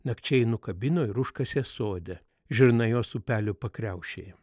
nakčia jį nukabino ir užkasė sode žirnajos upelio pakriaušėje